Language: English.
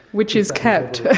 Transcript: which is capped.